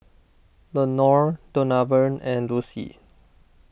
Lenore Donavan and Lucy